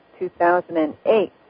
2008